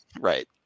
Right